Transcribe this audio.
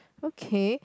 okay